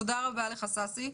תודה רבה לך, ששי.